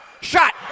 shot